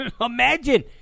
Imagine